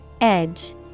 Edge